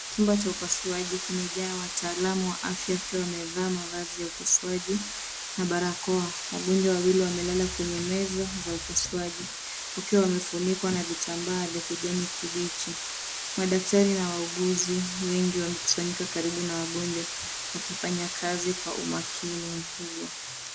Chumba cha upasuaji kimejaa wataalamu wa afya wakiwa wamevaa mavazi ya upasuaji na barakoa. Wagonjwa wawili wamelala kwenye meza za upasuaji, wakiwa wamefunikwa na vitambaa vya kijani kibichi. Madaktari na wauguzi wengi wamekusanyika karibu na wagonjwa wakifanya kazi kwa umakini mkubwa.